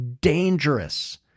dangerous